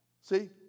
See